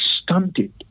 stunted